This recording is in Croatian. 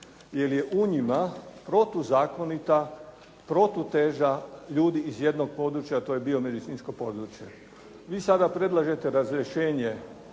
jer je u njima protuzakonita, protuteža ljudi iz jednog područja, a to je biomedicinsko područje. Vi sada predlažete razrješenje